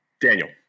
Daniel